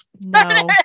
No